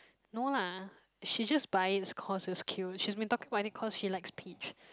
no lah she just buy it cause it was cute she's been talking about it cause she likes peach